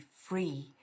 free